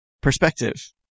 perspective